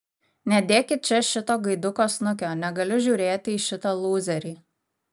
nedėkit čia šito gaiduko snukio negaliu žiūrėti į šitą lūzerį